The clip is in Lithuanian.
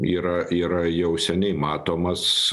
yra yra jau seniai matomas